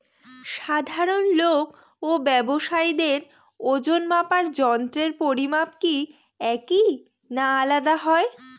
সাধারণ লোক ও ব্যাবসায়ীদের ওজনমাপার যন্ত্রের পরিমাপ কি একই না আলাদা হয়?